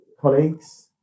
colleagues